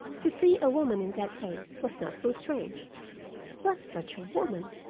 to see a woman in that place was not so strange but such woman!